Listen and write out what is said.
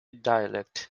dialect